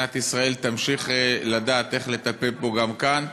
שמדינת ישראל תמשיך לדעת איך לטפל בו גם כאן.